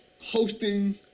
hosting